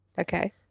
okay